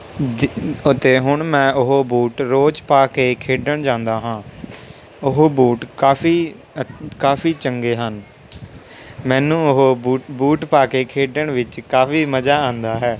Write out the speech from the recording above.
ਅਤੇ ਹੁਣ ਮੈਂ ਉਹ ਬੂਟ ਰੋਜ਼ ਪਾ ਕੇ ਖੇਡਣ ਜਾਂਦਾ ਹਾਂ ਉਹ ਬੂਟ ਕਾਫੀ ਕਾਫੀ ਚੰਗੇ ਹਨ ਮੈਨੂੰ ਉਹ ਬੂਟ ਬੂਟ ਪਾ ਕੇ ਖੇਡਣ ਵਿੱਚ ਕਾਫੀ ਮਜ਼ਾ ਆਉਂਦਾ ਹੈ